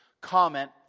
comment